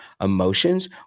emotions